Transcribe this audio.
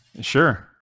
Sure